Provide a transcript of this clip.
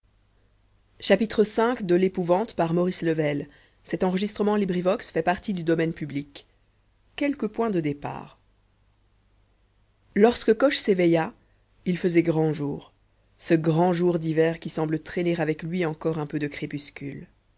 quelques points de detail lorsque coche s'éveilla il faisait grand jour ce grand jour d'hiver qui semble traîner avec lui encore un peu de crépuscule